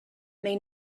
may